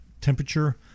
temperature